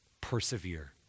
Persevere